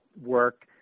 work